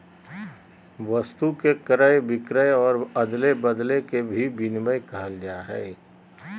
वस्तु के क्रय विक्रय और अदले बदले के भी विनिमय कहल जाय हइ